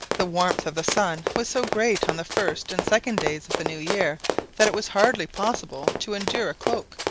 the warmth of the sun was so great on the first and second days of the new year that it was hardly possible to endure a cloak,